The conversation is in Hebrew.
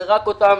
אלה רק אותם